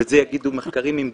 זה אומר שתהיה פחות קרינה,